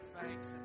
thanks